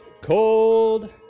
cold